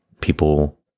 people